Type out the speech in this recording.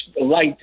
light